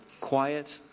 quiet